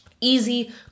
easy